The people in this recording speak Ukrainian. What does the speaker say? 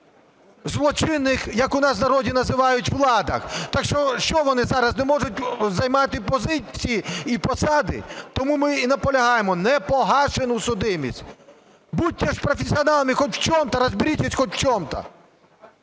злочинних, як у нас в народі називають, владах. Так що, що вони зараз не можуть займати позиції і посади? Тому ми і наполягаємо – непогашену судимість. Будьте ж професіоналами хоть в чем-то, разберитесь хоть в чем-то!